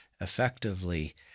effectively